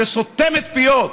שסותמת פיות,